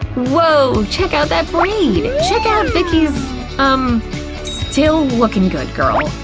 woah! check out that braid! check out vicky's um still lookin' good, girl!